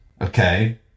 okay